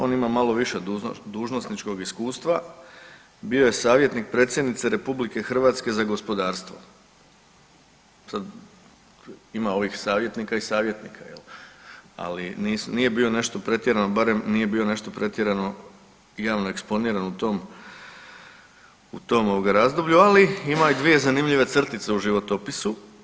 On ima malo više dužnosničkog iskustva, bio je savjetnik predsjednice RH za gospodarstvo, sad ima ovih savjetnika i savjetnika, ali nije bio nešto pretjerano, barem nije bio nešto pretjerano javno eksponiran u tom, u tom ovoga razdoblju ali ima i dvije zanimljive crtice u životopisu.